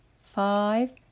five